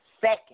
second